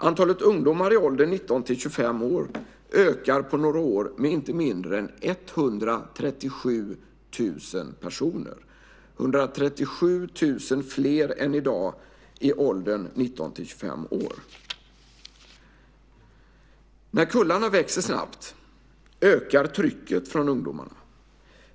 Antalet ungdomar i åldern 19-25 år ökar på några år med inte mindre än 137 000 personer. Det blir 137 000 fler än i dag i åldern 19-25 år. När kullarna växer snabbt ökar trycket från ungdomarna.